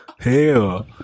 Hell